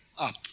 up